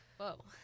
Whoa